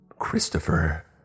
Christopher